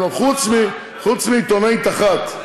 חוץ מעיתונאית אחת,